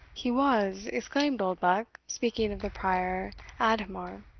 he was, exclaimed oldbuck, speaking of the prior adhemar,